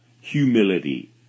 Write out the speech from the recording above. humility